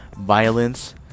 violence